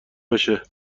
باشه